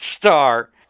star